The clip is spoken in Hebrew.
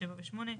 (7) ו-(8),